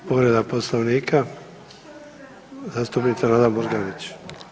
Povreda poslovnika zastupnica Nada Murganić.